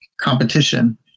competition